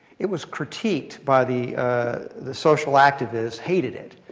it was critiqued by the the social activists hated it.